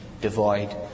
Devoid